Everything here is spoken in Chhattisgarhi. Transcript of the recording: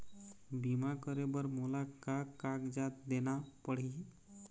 बीमा करे बर मोला का कागजात देना पड़ही?